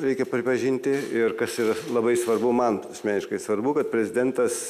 reikia pripažinti ir kas yra labai svarbu man asmeniškai svarbu kad prezidentas